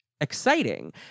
exciting